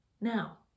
now